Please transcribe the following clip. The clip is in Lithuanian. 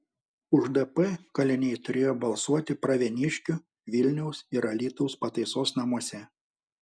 už dp kaliniai turėjo balsuoti pravieniškių vilniaus ir alytaus pataisos namuose